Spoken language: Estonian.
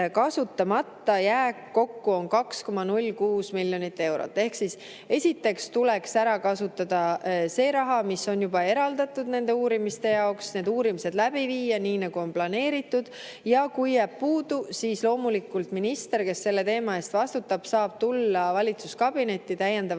kasutamata jääk kokku on 2,06 miljonit eurot. Esiteks tuleks ära kasutada see raha, mis on juba eraldatud nende uurimiste jaoks, need uurimised läbi viia, nii nagu on planeeritud. Ja kui jääb puudu, siis loomulikult minister, kes selle teema eest vastutab, saab tulla valitsuskabinetti täiendava